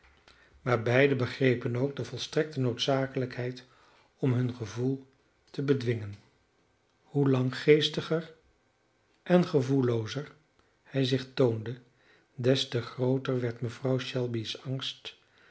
maar beiden begrepen ook de volstrekte noodzakelijkheid om hun gevoel te bedwingen hoe langgeestiger en gevoelloozer hij zich toonde des te grooter werd mevrouw shelby's angst